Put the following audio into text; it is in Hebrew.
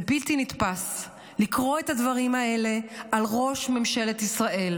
זה בלתי נתפס לקרוא את הדברים האלה על ראש ממשלת ישראל.